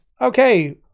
okay